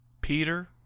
Peter